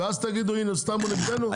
ואז תגידו הנה סתם הוא נגדנו?